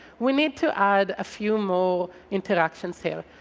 we need to add a few more interactions here.